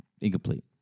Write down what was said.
incomplete